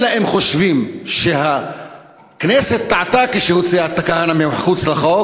אלא אם כן חושבים שהכנסת טעתה כשהוציאה את כהנא מחוץ לחוק